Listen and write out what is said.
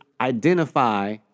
identify